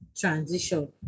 transition